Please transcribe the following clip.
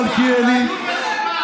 מלכיאלי,